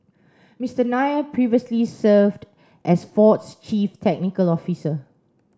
Mister Nair previously served as Ford's chief technical officer